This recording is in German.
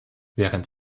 während